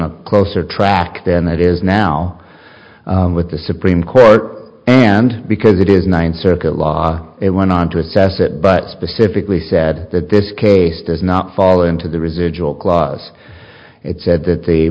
was closer track than it is now with the supreme court and because it is ninth circuit law it went on to assess it but specifically said that this case does not fall into the residual clause it said that